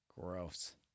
Gross